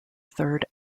third